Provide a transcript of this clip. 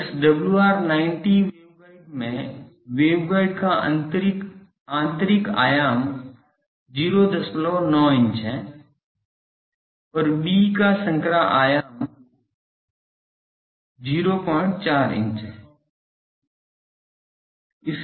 और इस WR90 waveguide में वेवगाइड का आंतरिक आयाम 09 इंच है और b का संकरा आयाम 04 इंच है